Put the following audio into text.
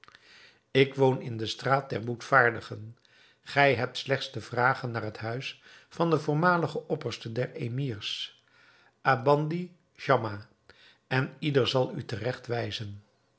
ik woon in de straat der boetvaardigen gij hebt slechts te vragen naar het huis van den voormaligen opperste der emirs abandi schamma en ieder zal u teregt wijzen